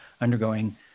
undergoing